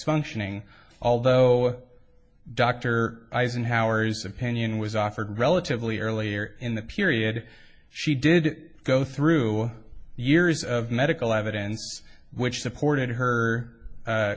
functioning although dr eisenhower's opinion was offered relatively earlier in the period she did go through years of medical evidence which supported her